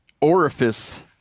orifice